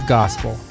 gospel